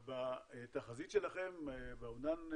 אבל בתחזית שלכם, באומדן,